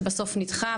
שבסוף נדחה,